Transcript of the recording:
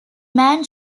man